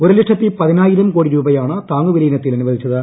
ഒരു ലക്ഷത്തി പതിനായിരം കോടി രൂപയാണ് താങ്ങുവിലയിനത്തിൽ അനുവദിച്ചത്